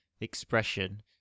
expression